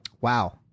Wow